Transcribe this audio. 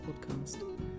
Podcast